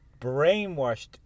brainwashed